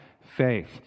faith